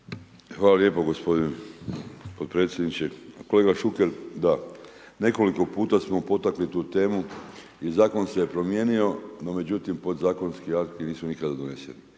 Hvala lijepo gospodine potpredsjedniče. Kolega Šuker, da, nekoliko puta smo potakli tu temu i zakon se promijenio, no međutim, podzakonski akti nisu nikada donošeni